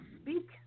speak